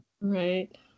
Right